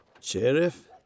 Sheriff